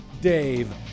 Dave